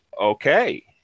okay